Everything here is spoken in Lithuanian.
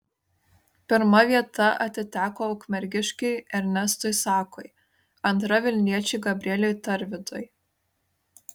pirma vieta atiteko ukmergiškiui ernestui sakui antra vilniečiui gabrieliui tarvidui